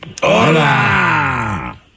Hola